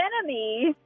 enemy